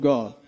God